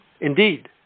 Indeed